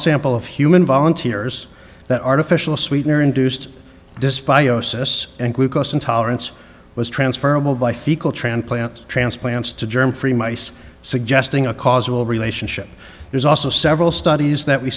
sample of human volunteers that artificial sweetener induced despite yo cysts and glucose intolerance was transferrable by fecal transplants transplants to germ free mice suggesting a causal relationship is also several studies that we